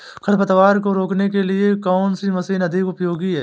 खरपतवार को रोकने के लिए कौन सी मशीन अधिक उपयोगी है?